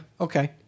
okay